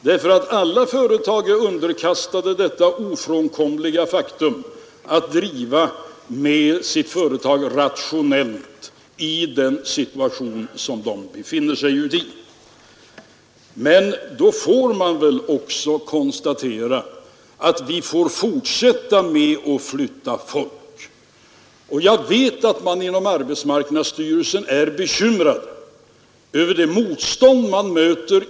Detta måste då tas in på något annat i stället. Marginalskatten är till sin konstruktion sådan, att den slår hårdare ju högre inkomsten blir — jag är medveten om att vi har ett skikt bland normalinkomsttagarna, där förändringen är obetydlig.